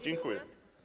Dziękuję.